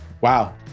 Wow